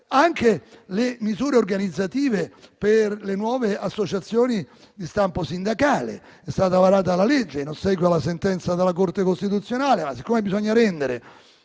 anche misure organizzative per le nuove associazioni di stampo sindacale. È stata varata la legge, in ossequio alla sentenza della Corte costituzionale, ma, poiché bisogna rendere